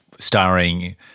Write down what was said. Starring